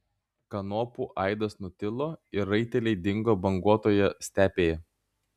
kanopų aidas nutilo ir raiteliai dingo banguotoje stepėje